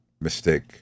mistake